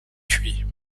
cuit